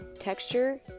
texture